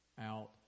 out